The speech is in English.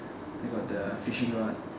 I got the fishing rod